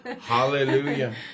hallelujah